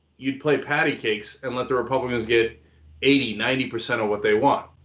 you'd play patty cakes and let the republicans get eighty, ninety percent of what they want.